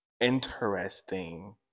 interesting